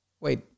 Wait